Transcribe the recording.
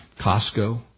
Costco